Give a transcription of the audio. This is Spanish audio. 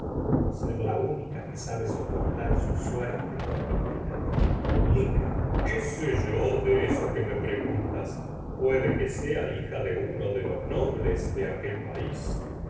por ser la única que sabe soportar su suerte con dignidad lica qué sé yo de eso que me preguntas puede que sea hija de uno de los nobles de aquel país